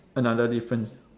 another difference